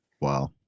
wow